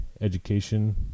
education